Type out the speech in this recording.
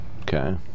Okay